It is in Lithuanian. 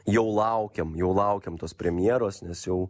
jau laukiam jau laukiam tos premjeros nes jau